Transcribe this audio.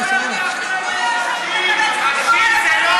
רק תעצרי לי את השעון.